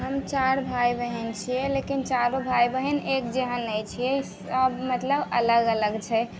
हम चारि भाइ बहिन छिए लेकिन चारू भाइ बहिन एक जहन नहि छिए सब मतलब अलग अलग छै